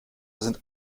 sind